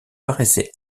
paraissait